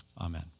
Amen